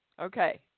Okay